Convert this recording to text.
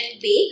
bake